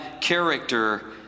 character